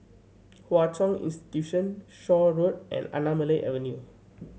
Hwa Chong Institution Shaw Road and Anamalai Avenue